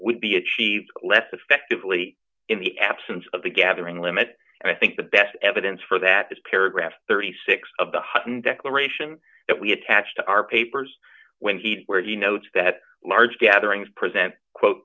would be achieved less effectively in the absence of the gathering limit i think the best evidence for that this paragraph thirty six dollars of the hutton declaration that we attached to our papers when he where he notes that large gatherings present quote